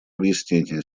объяснения